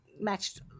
matched